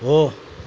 हो